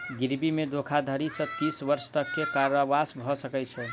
गिरवी मे धोखाधड़ी सॅ तीस वर्ष तक के कारावास भ सकै छै